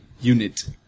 Unit